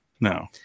No